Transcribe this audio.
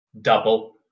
double